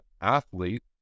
athlete